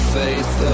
faith